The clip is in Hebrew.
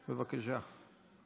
בבקשה.